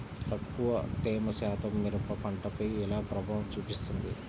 తక్కువ తేమ శాతం మిరప పంటపై ఎలా ప్రభావం చూపిస్తుంది?